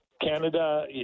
Canada